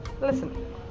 Listen